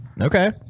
Okay